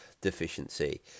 deficiency